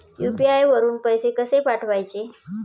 UPI वरून पैसे कसे पाठवायचे?